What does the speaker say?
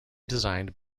designed